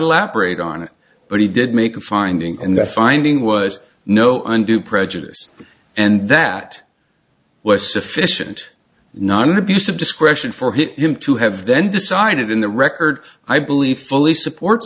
elaborate on it but he did make a finding and the finding was no undue prejudice and that was sufficient not an abuse of discretion for him to have then decided in the record i believe fully support